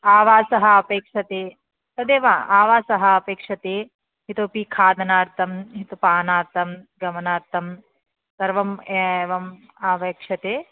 आवासः अपेक्ष्यते तदेव आवासः अपेक्ष्यते इतोपि खादनार्थं पानार्थं गमनार्थं सर्वम् एवम् अपेक्ष्यते